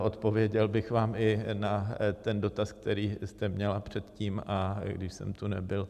Odpověděl bych vám i na ten dotaz, který jste měla předtím, když jsem tu nebyl.